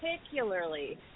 particularly